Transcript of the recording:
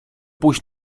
pójść